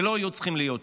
ולא היו צריכים להיות שם.